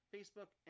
Facebook